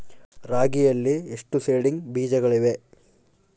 ರಾಗಿಯಲ್ಲಿ ಎಷ್ಟು ಸೇಡಿಂಗ್ ಬೇಜಗಳಿವೆ?